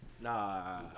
Nah